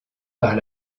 par